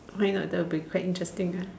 why not that will be quite interesting uh